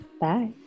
Bye